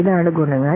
ഇതാണ് ഗുണങ്ങൾ